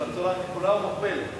בצורה כפולה ומכופלת.